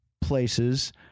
places